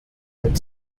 mit